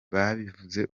babivuze